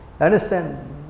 Understand